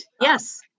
yes